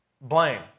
Blame